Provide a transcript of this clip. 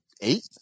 eight